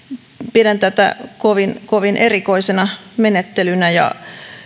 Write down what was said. pidän tätä kovin kovin erikoisena menettelynä ja